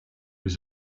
was